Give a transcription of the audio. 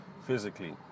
Physically